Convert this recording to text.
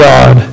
God